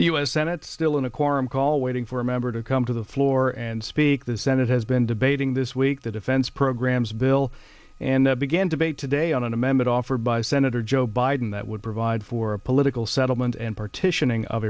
the u s senate still in a quorum call waiting for a member to come to the floor and speak the senate has been debating this week the defense programs bill and they began debate today on an amended offer by senator joe biden that would provide for a political settlement